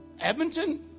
Edmonton